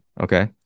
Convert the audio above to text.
Okay